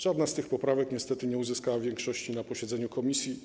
Żadna z tych poprawek niestety nie uzyskała większości na posiedzeniu komisji.